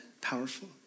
powerful